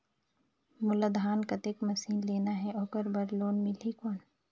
मोला धान कतेक मशीन लेना हे ओकर बार लोन मिलही कौन?